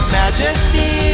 majesty